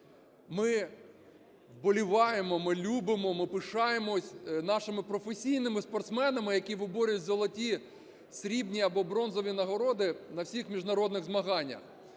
Ми вболіваємо, ми любимо, ми пишаємося нашими професійними спортсменами, які виборюють золоті, срібні або бронзові нагороди на всіх міжнародних змаганнях.